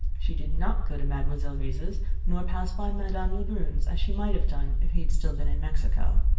she did not go to mademoiselle reisz's nor pass by madame lebrun's, as she might have done if he had still been in mexico.